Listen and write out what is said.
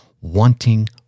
wanting